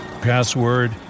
Password